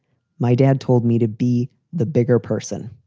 my dad told me to be the bigger person.